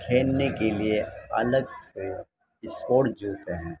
کھیلنے کے لیے الگ سے اسپورٹ جوتے ہیں